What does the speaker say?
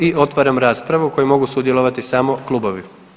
I otvaram raspravu u kojoj mogu sudjelovati samo klubovi.